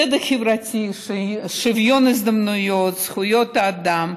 צדק חברתי, שוויון הזדמנויות, זכויות האדם,